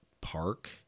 Park